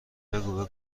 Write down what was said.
بگو